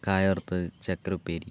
കായ വറുത്തത് ചക്കര ഉപ്പേരി